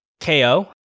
KO